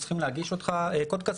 צריך להגיש את השם ליק"ר,